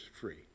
free